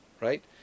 right